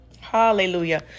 Hallelujah